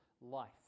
life